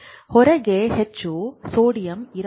ಹೊರಗೆ ಹೆಚ್ಚು ಸೋಡಿಯಂ ಇರಬಹುದು